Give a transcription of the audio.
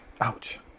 Ouch